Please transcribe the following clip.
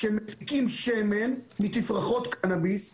כשמפיקים שמן מתפרחות קנאביס,